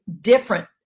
different